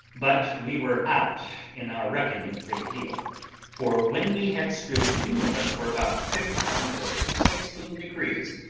but we were out in our reckoning a great deal for, when we had stood due north for about fifteen or sixteen degrees,